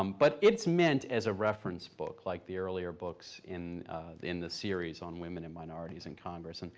um but it's meant as a reference book, like the earlier books in in the series on women and minorities in congress. and